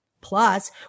Plus